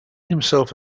himself